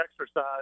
exercise